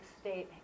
State